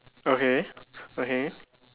okay okay